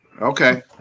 Okay